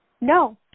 No